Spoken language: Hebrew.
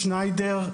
שניידר,